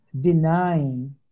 denying